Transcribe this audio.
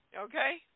okay